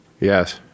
Yes